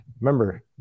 remember